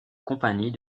compagnie